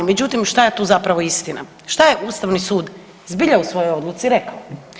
Međutim, šta je tu zapravo istina, šta je ustavni sud zbilja u svojoj odluci rekao?